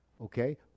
Okay